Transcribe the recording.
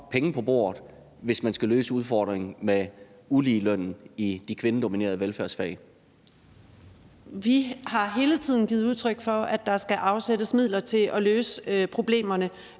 penge på bordet, hvis man skal løse udfordringerne med uligelønnen i de kvindedominerede velfærdsfag. Kl. 16:29 Kirsten Normann Andersen (SF): Vi har hele tiden givet udtryk for, at der skal afsættes midler til at løse problemerne,